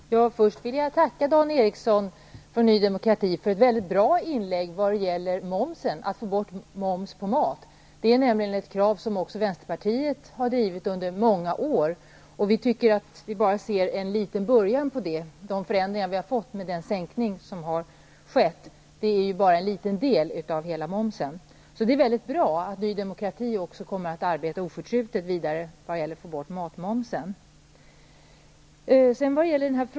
Fru talman! Först vill jag tacka Dan Eriksson från Ny Demokrati för ett väldigt bra inlägg vad gäller att få bort momsen på maten. Det är nämligen ett krav som vänsterpartiet har drivit under många år. Men vi tycker att de förändringar som vi har fått genom den sänkning som nu genomförts bara är en liten del i hela matmomsfrågan. Det är väldigt bra att också Ny Demokrati nu kommer att arbeta oförtrutet vidare för att få bort matmomsen.